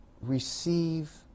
receive